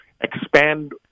expand